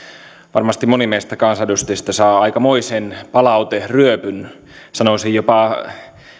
varmasti moni meistä kansanedustajista saa aikamoisen palauteryöpyn sanoisin jopa